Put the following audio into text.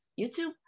youtube